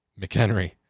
McHenry